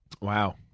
Wow